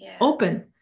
open